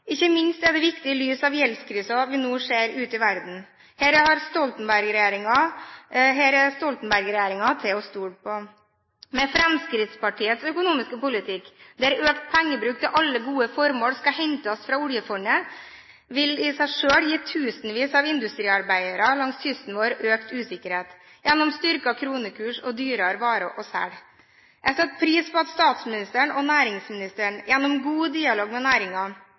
Ikke minst er det viktig i lys av gjeldskrisen vi nå ser ute i verden. Her er Stoltenberg-regjeringen til å stole på. Fremskrittspartiets økonomiske politikk, der økt pengebruk til alle gode formål skal hentes fra oljefondet, vil i seg selv gi tusenvis av industriarbeidere langs kysten vår økt usikkerhet, gjennom styrket kronekurs og dyrere varer å selge. Jeg setter pris på at statsministeren og næringsministeren gjennom god dialog med